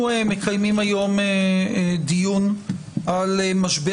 אנחנו מקיימים היום דיון על משבר